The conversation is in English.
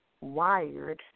wired